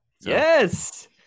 Yes